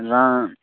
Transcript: ᱨᱟᱸ